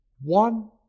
one